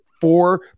four